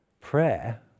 Prayer